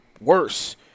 worse